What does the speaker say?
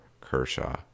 Kershaw